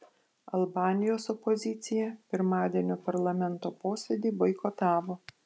albanijos opozicija pirmadienio parlamento posėdį boikotavo